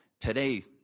today